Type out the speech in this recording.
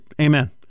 amen